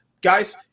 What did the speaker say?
Guys